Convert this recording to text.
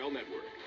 Network